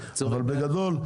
אבל בגדול,